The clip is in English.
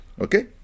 Okay